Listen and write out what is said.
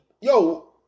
yo